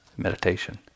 meditation